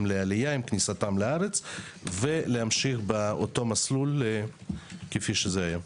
לעלייה עם כניסתם לארץ ולהמשיך באותו מסלול כפי שהיה.